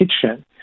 kitchen